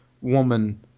woman